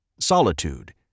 Solitude